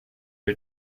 are